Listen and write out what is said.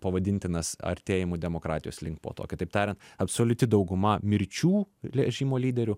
pavadintinas artėjimu demokratijos link po to kitaip tariant absoliuti dauguma mirčių režimo lyderių